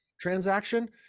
transaction